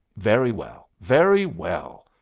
very well, very well,